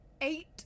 eight